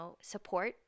support